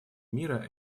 мира